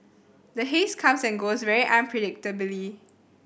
the haze comes and goes very unpredictably